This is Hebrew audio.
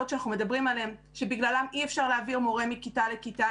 שאנחנו מדברים עליהן שבגללן אי-אפשר להעביר מורה מכיתה לכיתה,